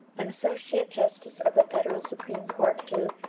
an associate justice of the federal supreme court who,